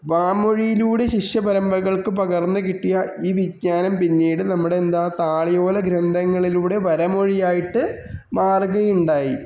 വാമൊഴിയിലൂടെ ശിഷ്യ പരമ്പരകൾക്ക് പകർന്ന് കിട്ടിയ ഈ വിഞ്ജാനം പിന്നീട് നമ്മളുടെ എല്ലാ താളിയോല ഗ്രന്ഥങ്ങളിലൂടെ വരമൊഴിയായിട്ട് മാറുകയുണ്ടായി